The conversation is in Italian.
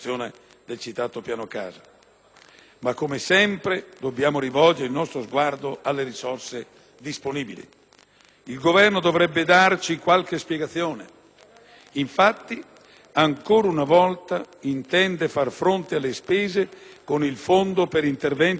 Ma come sempre dobbiamo rivolgere il nostro sguardo alle risorse disponibili. Il Governo dovrebbe darci qualche spiegazione: infatti, ancora una volta intende far fronte alle spese con il Fondo per interventi strutturali di politica economica,